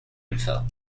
info